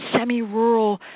semi-rural